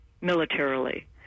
militarily